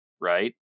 right